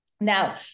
Now